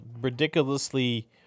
Ridiculously